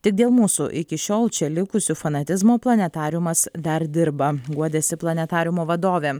tik dėl mūsų iki šiol čia likusių fanatizmo planetariumas dar dirba guodėsi planetariumo vadovė